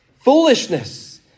Foolishness